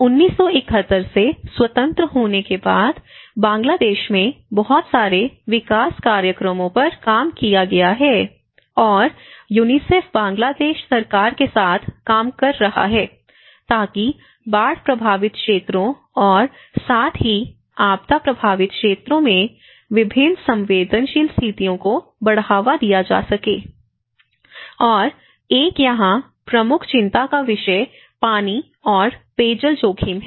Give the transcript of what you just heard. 1971 से स्वतंत्र होने के बाद बांग्लादेश में बहुत सारे विकास कार्यक्रमों पर काम किया गया है और यूनिसेफ बांग्लादेश सरकार के साथ काम कर रहा है ताकि बाढ़ प्रभावित क्षेत्रों और साथ ही आपदा प्रभावित क्षेत्रों में विभिन्न संवेदनशील स्थितियों को बढ़ावा दिया जा सके और एक यहां प्रमुख चिंता का विषय पानी और पेयजल जोखिम है